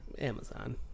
Amazon